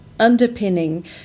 underpinning